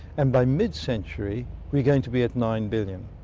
and by mid-century we're going to be at nine billion.